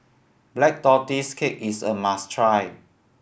Black Tortoise Cake is a must try